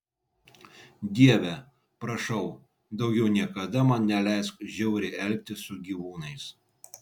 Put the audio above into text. dieve prašau daugiau niekada man neleisk žiauriai elgtis su gyvūnais